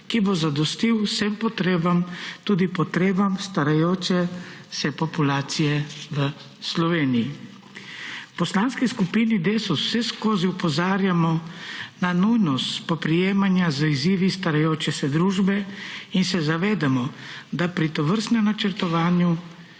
ki bo zadostil vsem potrebam, tudi potrebam starajoče se populacije v Sloveniji. V Poslanski skupini Desus vseskozi opozarjamo na nujnost spoprijemanja z izzivi starajoče se družbe in se zavedamo, da pri tovrstnem načrtovanju